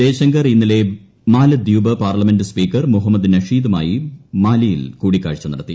ജയശങ്കർ ഇന്നളെ Maldives parliament speaker Muhammad നഷീദുമായി മാലിയ്ടിൽ ക്ടൂടിക്കാഴ്ച നടത്തി